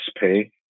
pay